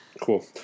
Cool